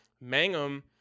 Mangum